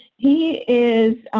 he is